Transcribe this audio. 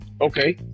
Okay